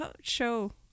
show